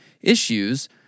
issues